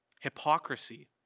Hypocrisy